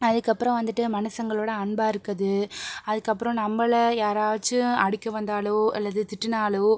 அதுக்கு அப்புறம் வந்துட்டு மனுஷங்களோடு அன்பாக இருக்குது அதுக்கு அப்புறம் நம்பளை யாராச்சும் அடிக்க வந்தால் அல்லது திட்டினாலோ